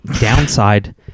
Downside